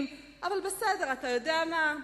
אבל בסדר, אתה יודע מה,